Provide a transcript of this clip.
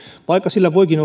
vaikka sillä voikin